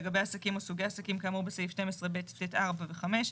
לגבי עסקים או סוגי עסקי כאמור בסעיף 12ב(ט)(4) ו-(5),